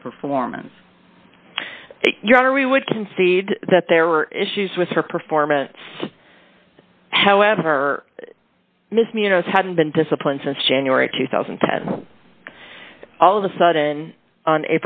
her performance your honor we would concede that there were issues with her performance however miss me you know it hadn't been disciplined since january two thousand and ten all of a sudden on